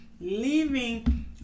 leaving